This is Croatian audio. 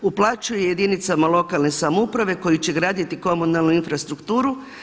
Uplaćuje jedinicama lokalne samouprave koji će graditi komunalnu infrastrukturu.